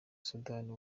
sudani